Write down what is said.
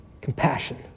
Compassion